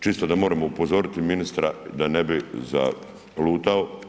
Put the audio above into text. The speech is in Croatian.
Čisto da moremo upozoriti ministra da ne bi zalutao.